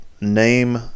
name